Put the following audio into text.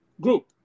group